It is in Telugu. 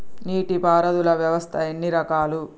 నీటి పారుదల వ్యవస్థ ఎన్ని రకాలు?